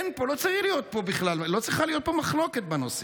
לא צריכה להיות פה מחלוקת בנושא.